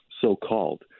so-called